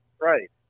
right